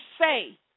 say